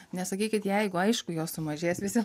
nesakykit jeigu aišku jos sumažės visi